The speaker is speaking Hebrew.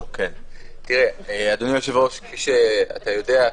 תראה, אדוני היושב-ראש, אתה יודע,